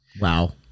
Wow